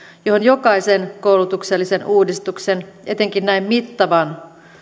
johon jokaisen koulutuksellisen uudistuksen etenkin näin mittavan